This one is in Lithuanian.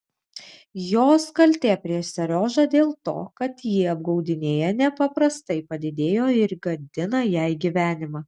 jos kaltė prieš seriožą dėl to kad jį apgaudinėja nepaprastai padidėjo ir gadina jai gyvenimą